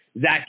Zach